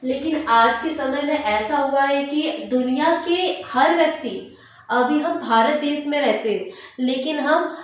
लेकिन आज के समय में ऐसा हुआ है कि दुनिया के हर व्यक्ति अभी हम भारत देश में रहते हैं लेकिन हम